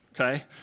okay